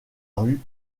rue